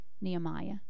Nehemiah